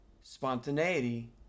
Spontaneity